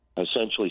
essentially